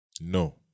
no